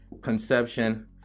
conception